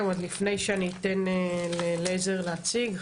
עוד לפני שאני אתן ללייזר להציג,